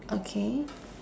okay